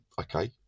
okay